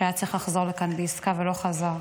שהיה צריך לחזור לכאן בעסקה ולא חזר.